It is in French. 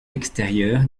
extérieure